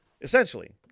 essentially